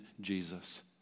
Jesus